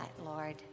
Lord